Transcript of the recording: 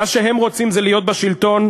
מה שהם רוצים זה להיות שלטון,